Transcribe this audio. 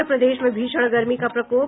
और प्रदेश में भीषण गर्मी का प्रकोप